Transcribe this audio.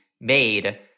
made